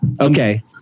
Okay